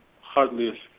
hardly